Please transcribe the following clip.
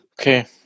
okay